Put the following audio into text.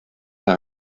der